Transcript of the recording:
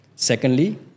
Secondly